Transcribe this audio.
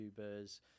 YouTubers